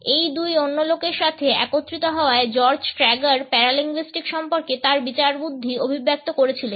এই দুই অন্য লোকের সাথে একত্রিত হাওয়ায় জর্জ ট্র্যাগার প্যারালিঙ্গুইটিক্স সম্পর্কে তার বিচারবুদ্ধি অভিব্যক্ত করেছিলেন